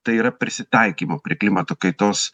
tai yra prisitaikymo prie klimato kaitos